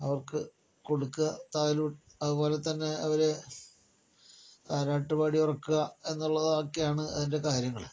അവർക്ക് കൊടുക്കുക എന്തായാലും അതുപോലെത്തന്നെ അവർ താരാട്ടുപാടി ഉറക്കുക എന്നുള്ളതൊക്കെയാണ് അതിൻ്റെ കാര്യങ്ങൾ